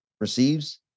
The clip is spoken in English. receives